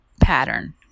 pattern